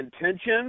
intention